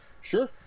sure